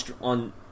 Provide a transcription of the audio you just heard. on